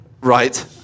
Right